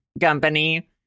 company